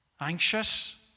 Anxious